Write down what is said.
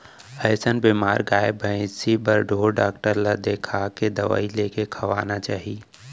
अइसन बेमार गाय भइंसी बर ढोर डॉक्टर ल देखाके दवई लेके खवाना चाही